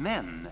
Men